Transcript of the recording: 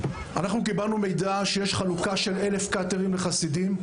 קיבלנו מידע שיש חלוקה של 1,000 קאטרים לחסידים,